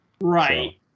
Right